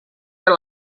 are